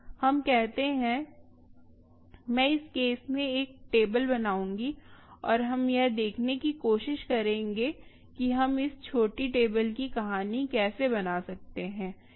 हम कहते हैं मैं इस केस में एक टेबल बनाऊंगी और हम यह देखने की कोशिश करेंगे कि हम इस छोटी टेबल की कहानी कैसे बना सकते हैं